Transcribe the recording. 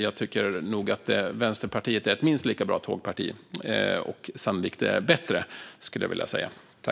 Jag tycker nog att Vänsterpartiet är ett minst lika bra tågparti - sannolikt ett bättre, skulle jag vilja säga.